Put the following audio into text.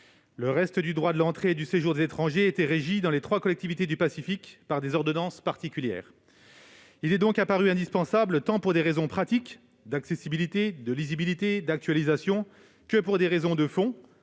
Le reste du droit de l'entrée et du séjour des étrangers était régi, dans les trois collectivités du Pacifique, par des ordonnances particulières. Il est donc apparu indispensable, tant pour des raisons pratiques- accessibilité, lisibilité et actualisation -que pour des raisons de fond-